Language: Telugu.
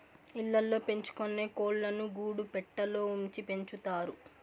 ఇళ్ళ ల్లో పెంచుకొనే కోళ్ళను గూడు పెట్టలో ఉంచి పెంచుతారు